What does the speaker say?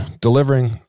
delivering